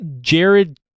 Jared